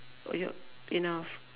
oh you enough